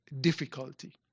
difficulty